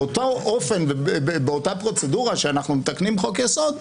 באותו אופן ובאותה פרוצדורה שאנחנו מתקנים את חוק-יסוד,